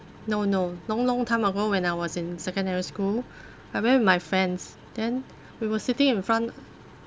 no no long long time ago when I was in secondary school I went with my friends then we were sitting in front